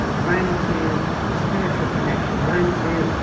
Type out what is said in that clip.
um run to a spiritual connection, run to